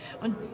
Und